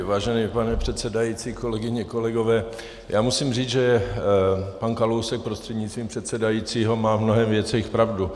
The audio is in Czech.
Vážený pane předsedající, kolegyně, kolegové, musím říct, že pan Kalousek prostřednictvím předsedajícího má v mnoha věcech pravdu.